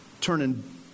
turning